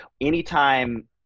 Anytime